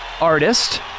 artist